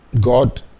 god